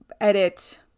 edit